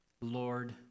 Lord